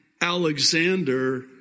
Alexander